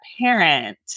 parent